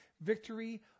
victory